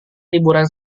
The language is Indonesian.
liburan